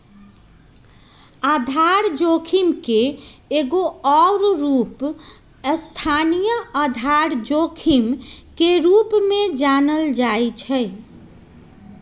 आधार जोखिम के एगो आन रूप स्थानीय आधार जोखिम के रूप में जानल जाइ छै